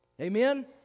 Amen